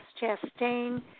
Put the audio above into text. Chastain